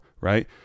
right